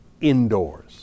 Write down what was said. indoors